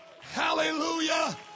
Hallelujah